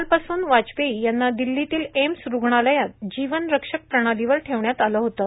कालपासून वाजपेयी यांना दिल्लीतील एम्स रूग्णालयात जीवनरक्षक प्रणालीवर ठेवण्यात आलं होतं